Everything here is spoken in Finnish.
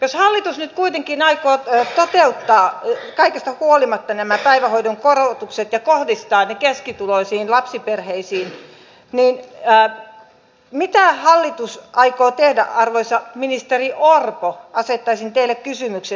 jos hallitus nyt kuitenkin aikoo toteuttaa kaikesta huolimatta nämä päivähoidon korotukset ja kohdistaa ne keskituloisiin lapsiperheisiin niin mitä hallitus aikoo tehdä arvoisa ministeri orpo asettaisin teille kysymyksen